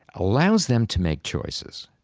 allows them to make choices.